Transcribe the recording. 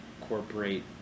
incorporate